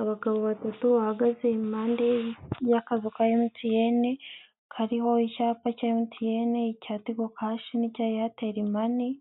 Abagabo batatu bahagaze impande y'akazu ka MTN, kariho icyapa MTN icya Tigo cash n'icya Airtel money,